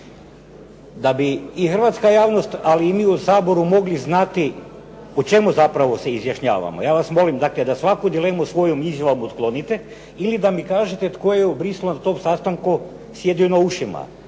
Da bi i hrvatska javnost, ali i mi u Saboru mogli znati o čemu zapravo se izjašnjavamo, ja vas molim dakle da svaku dilemu svojom izjavom otklonite ili da mi kažete tko je u …/Govornik se ne razumije./… sastanku sjedio na ušima.